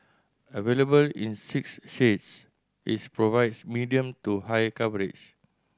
available in six shades its provides medium to high coverage